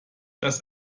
das